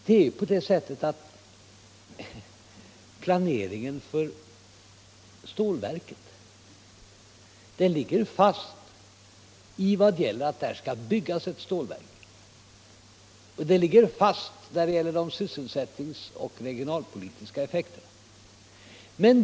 Det är på det sättet att planeringen för stålverket ligger fast så till vida att det skall byggas ett stålverk. Den ligger också fast när det gäller de sysselsättningsoch regionalpolitiska effekterna.